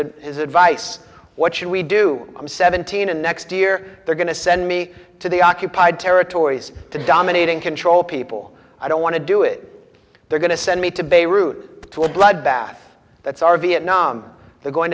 and his advice what should we do i'm seventeen and next year they're going to send me to the occupied territories to dominate and control people i don't want to do it they're going to send me to beirut to a bloodbath that's our vietnam they're going